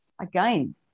Again